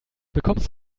bekommst